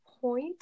point